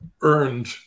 earned